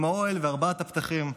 עם האוהל וארבעת הפתחים,